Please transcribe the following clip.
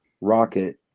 Rocket